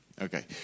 Okay